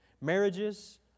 Marriages